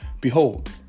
Behold